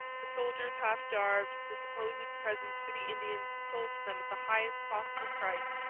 the soldiers half starved, the supposed presents for the indians sold to them at the highest possible price,